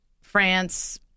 France